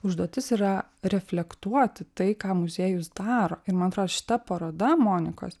užduotis yra reflektuoti tai ką muziejus daro ir man atrodo šita paroda monikos